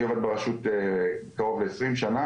אני עובד ברשות קרוב ל-20 שנה,